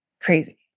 crazy